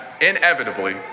inevitably